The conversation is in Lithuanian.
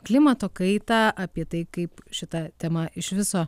klimato kaitą apie tai kaip šita tema iš viso